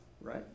right